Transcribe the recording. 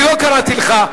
אני לא קראתי לך.